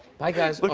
bye, guys. but